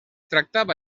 tractava